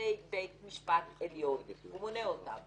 שופטי בית משפט עליון הוא מונה אותם